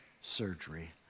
surgery